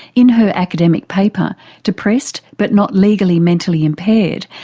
in her academic paper depressed but not legally mentally impaired,